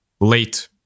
late